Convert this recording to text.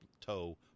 toe